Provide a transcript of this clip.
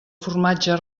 formatge